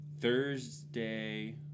Thursday